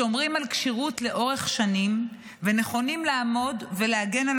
שומרים על כשירות לאורך שנים ונכונים לעמוד ולהגן על